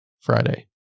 Friday